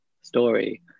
story